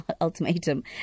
ultimatum